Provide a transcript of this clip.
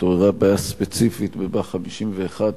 התעוררה בעיה ספציפית בבא"ח 51,